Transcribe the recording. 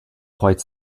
quite